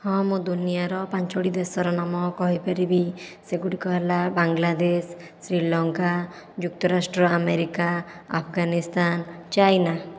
ହଁ ମୁଁ ଦୁନିଆର ପାଞ୍ଚୋଟି ଦେଶର ନାମ କହିପାରିବି ସେଗୁଡ଼ିକ ହେଲା ବାଂଲାଦେଶ ଶ୍ରୀଲଙ୍କା ଯୁକ୍ତରାଷ୍ଟ୍ର ଆମେରିକା ଆଫଗାନିସ୍ତାନ ଚାଇନା